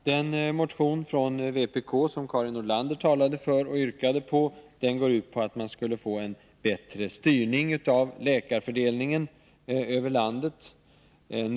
Den motion från vpk, som Karin Nordlander talade för och yrkade bifall till, går ut på att man skall åstadkomma en bättre styrning av läkarfördelningen över landet.